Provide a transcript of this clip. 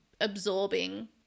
absorbing